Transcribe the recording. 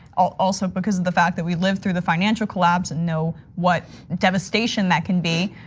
also because of the fact that we lived through the financial collapse and know what devastation that can be.